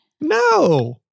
No